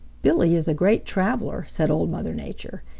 billy is a great traveler, said old mother nature.